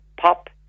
pop